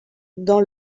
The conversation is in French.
dans